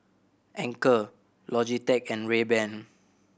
Anchor Logitech and Rayban